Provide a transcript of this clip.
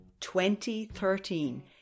2013